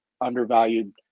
undervalued